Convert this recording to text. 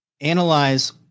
analyze